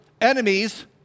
enemies